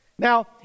Now